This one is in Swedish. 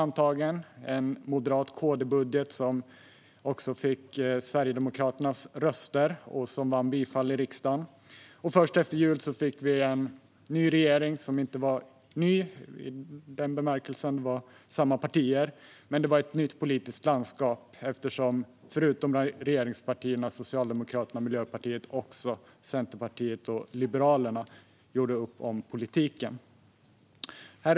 Det var en M-KD-budget som också fick Sverigedemokraternas röster, vilken vann bifall i riksdagen. Först efter jul fick vi en ny regering, som inte var ny. I den bemärkelsen var det samma partier, men det var ett nytt politiskt landskap eftersom förutom regeringspartierna Socialdemokraterna och Miljöpartiet gjorde också Centerpartiet och Liberalerna upp om politiken.